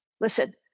listen